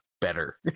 better